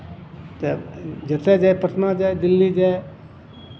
तऽ जतय जाय पटना जाय दिल्ली जाय